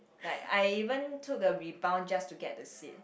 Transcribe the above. like I even took a rebound just to get the seat